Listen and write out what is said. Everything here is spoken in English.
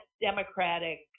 Democratic